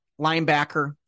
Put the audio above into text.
linebacker